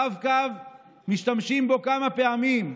רב-קו, משתמשים בו כמה פעמים.